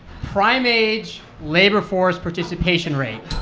prime-age labor force participation rate.